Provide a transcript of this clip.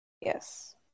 Yes